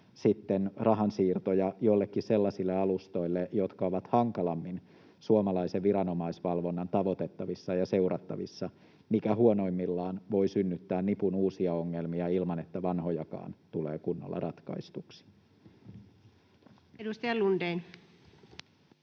siirtämään rahansiirtoja joillekin sellaisille alustoille, jotka ovat hankalammin suomalaisen viranomaisvalvonnan tavoitettavissa ja seurattavissa, mikä huonoimmillaan voi synnyttää nipun uusia ongelmia ilman, että vanhojakaan tulee kunnolla ratkaistuksi. [Speech 57]